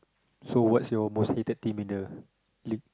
so what's your most hated team in the league